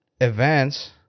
events